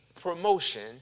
promotion